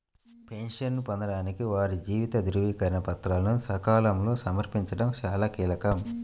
పెన్షన్ను పొందడానికి వారి జీవిత ధృవీకరణ పత్రాలను సకాలంలో సమర్పించడం చాలా కీలకం